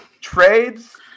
Trades